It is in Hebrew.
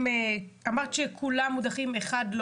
אמרת שכולם הודחו למעט אחד.